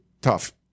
tough